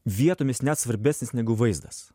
vietomis net svarbesnis negu vaizdas